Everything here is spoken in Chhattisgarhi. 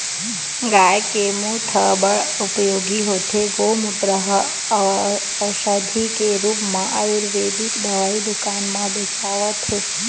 गाय के मूत ह बड़ उपयोगी होथे, गोमूत्र ह अउसधी के रुप म आयुरबेदिक दवई दुकान म बेचावत हे